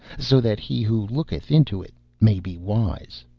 so that he who looketh into it may be wise.